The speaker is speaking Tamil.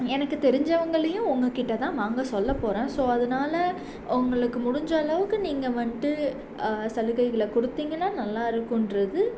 எனக்கு தெரிஞ்சவங்களையும் உங்கக்கிட்ட தான் வாங்க சொல்லப் போகிறேன் ஸோ அதனால உங்களுக்கு முடிஞ்ச அளவுக்கு நீங்கள் வந்துட்டு சலுகைகளை கொடுத்தீங்கன்னா நல்லா இருக்கும்ன்றது